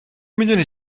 میدونی